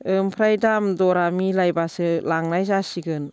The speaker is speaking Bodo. ओमफ्राय दाम दरा मिलायबासो लांनाय जासिगोन